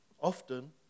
often